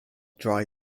dry